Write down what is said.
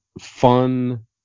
fun